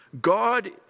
God